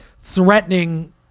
threatening